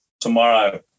tomorrow